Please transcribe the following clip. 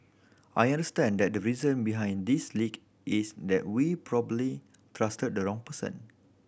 I understand that the reason behind this leak is that we probably trusted the wrong person